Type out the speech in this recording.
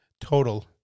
total